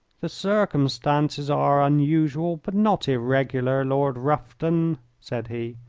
the circumstances are unusual but not irregular, lord rufton, said he.